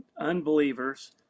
unbelievers